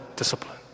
Discipline